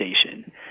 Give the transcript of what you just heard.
station